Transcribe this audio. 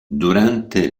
durante